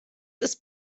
ist